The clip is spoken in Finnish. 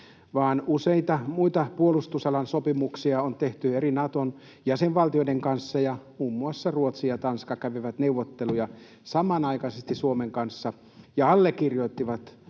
useita muita puolustusalan sopimuksia on tehty Naton eri jäsenvaltioiden kanssa, ja muun muassa Ruotsi ja Tanska kävivät neuvotteluja samanaikaisesti Suomen kanssa ja allekirjoittivat